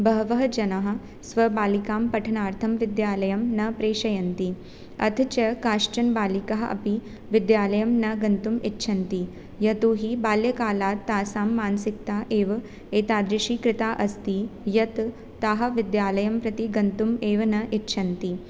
बहवः जनाः स्वबालिकां पठनार्थं विद्यालयं न प्रेषयन्ति अथ च काश्चन बालिकाः अपि विद्यालयं न गन्तुमिच्छन्ति यतोहि बाल्यकालात् तासां मानसिकता एव एतादृशी कृता अस्ति यत् ताः विद्यालयम्प्रति गन्तुम् एव न इच्छन्ति